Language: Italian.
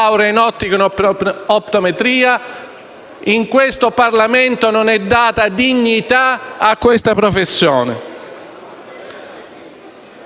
in ottica e optometria. In questo Parlamento invece non è data dignità a questa professione.